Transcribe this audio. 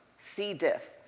c. diff,